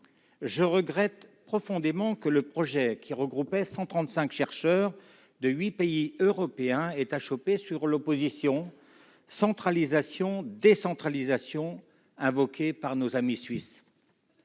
Je regrette profondément que le projet qui regroupait 135 chercheurs issus de 8 pays européens ait achoppé sur l'opposition entre centralisation et décentralisation invoquée par nos amis suisses.